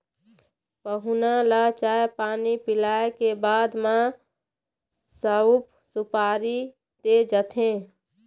पहुना ल चाय पानी पिलाए के बाद म सउफ, सुपारी दे जाथे